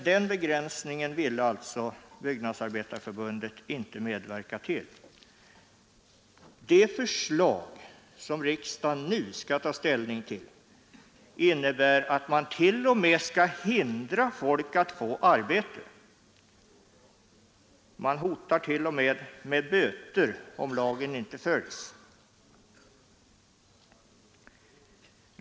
Den begränsningen ville Byggnadsarbetareförbundet alltså inte medverka till. Det förslag som riksdagen nu skall ta ställning till innebär att man också skall hindra folk att få arbete. Man hotar t.o.m. med böter, om lagen inte följs.